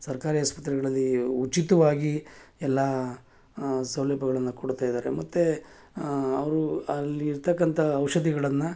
ಸರ್ಕಾರಿ ಆಸ್ಪತ್ರೆಗಳಲ್ಲಿ ಉಚಿತವಾಗಿ ಎಲ್ಲ ಸೌಲಭ್ಯಗಳನ್ನ ಕೊಡ್ತಾಯಿದ್ದಾರೆ ಮತ್ತು ಅವರು ಅಲ್ಲಿರ್ತಕ್ಕಂಥ ಔಷಧಿಗಳನ್ನು